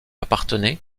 appartenait